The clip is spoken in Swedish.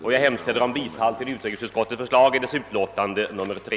Jag hemställer därför om bifall till utrikesutskottets förslag i dess utlåtande nr 3.